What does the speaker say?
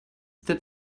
that